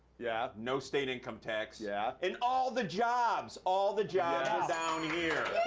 yeah no state income tax yeah and all the jobs! all the jobs are down here.